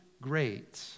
great